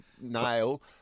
nail